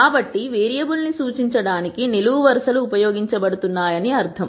కాబట్టి వేరియబుల్ను సూచించడానికి నిలువు వరుస లు ఉపయోగించబడుతున్నాయని అర్థం